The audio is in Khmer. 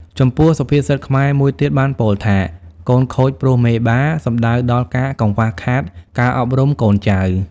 ចំពោះសុភាសិតខ្មែរមួយទៀតបានពោលថា កូនខូចព្រោះមេបា សំដៅដល់ការកង្វះខាតការអប់រំកូន ចៅ។